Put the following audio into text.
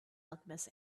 alchemist